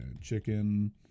chicken